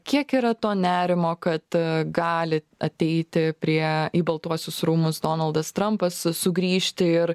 kiek yra to nerimo kad gali ateiti prie į baltuosius rūmus donaldas trampas su sugrįžti ir